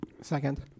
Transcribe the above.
Second